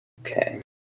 Okay